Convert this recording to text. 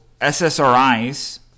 SSRIs